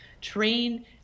train